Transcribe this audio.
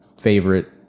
favorite